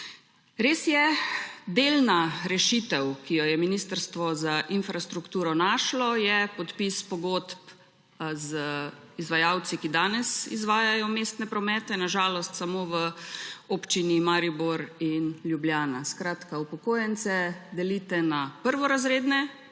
Res je, delna rešitev, ki jo je Ministrstvo za infrastrukturo našlo, je podpis pogodb z izvajalci, ki danes izvajajo mestne promete, na žalost samo v občini Maribor in Ljubljana. Skratka, upokojence delite na prvorazredne,